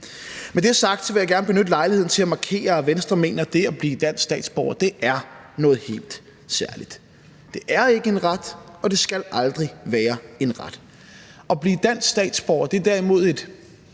Med det sagt vil jeg gerne benytte lejligheden til at markere, at Venstre mener, at det at blive dansk statsborger er noget helt særligt. Det er ikke en ret, og det skal aldrig være en ret. At blive dansk statsborger er derimod et